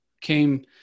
came